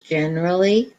generally